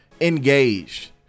engaged